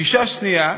גישה שנייה,